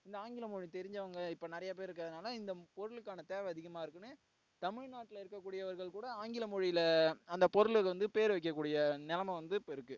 இந்த ஆங்கில மொழி தெரிஞ்சவங்க இப்போ நிறையா பேர் இருக்கதுனால இந்த பொருளுக்கான தேவை அதிகமாக இருக்குன்னு தமிழ்நாட்டில் இருக்கக்கூடியவர்கள் கூட ஆங்கில மொழியில் அந்த பொருளுக்கு வந்து பேர் வைக்கக்கூடிய நெலமை வந்து இப்போ இருக்கு